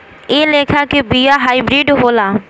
एह लेखा के बिया हाईब्रिड होला